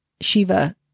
Shiva